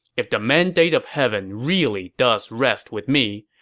if the mandate of heaven really does rest with me,